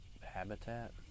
habitat